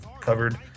covered